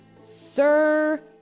Sir